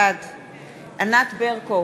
בעד ענת ברקו,